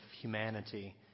humanity